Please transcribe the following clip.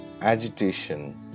agitation